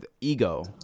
Ego